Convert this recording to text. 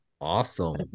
Awesome